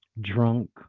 drunk